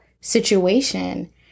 situation